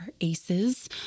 aces